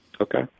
Okay